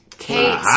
Kate